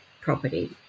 property